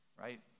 right